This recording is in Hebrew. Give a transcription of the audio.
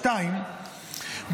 שתיים,